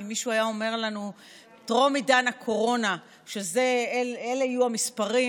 אם מישהו היה אומר לנו טרום עידן הקורונה שאלה יהיו המספרים,